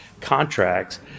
contracts